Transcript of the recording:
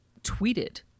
tweeted